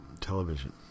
television